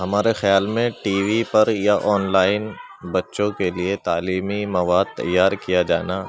ہمارے خیال میں ٹی وی پر یا آنلائن بچوں کے لیے تعلیمی مواد تیار کیا جانا